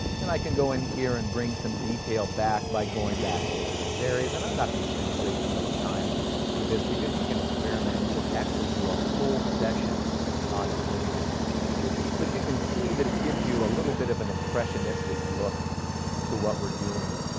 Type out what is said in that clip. then i can go in here and bring some detail back by going back over those areas and i'm not going to spend a great deal of time with this because you can experiment and we'll actually do a whole session on painting with these. but you can see that it gives you a little bit of an impressionistic look to what we're doing